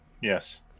Yes